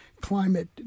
climate